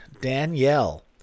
Danielle